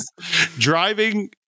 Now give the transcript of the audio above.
driving